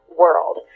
world